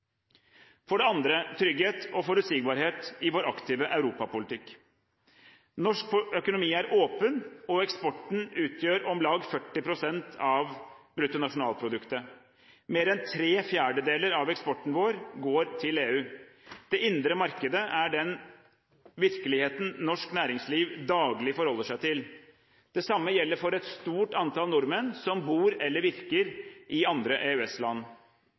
For det andre: trygghet og forutsigbarhet i vår aktive europapolitikk. Norsk økonomi er åpen, og eksporten utgjør om lag 40 pst. av BNP. Mer enn tre fjerdedeler av eksporten vår går til EU. Det indre markedet er den virkeligheten norsk næringsliv daglig forholder seg til. Det samme gjelder for et stort antall nordmenn som bor eller virker i andre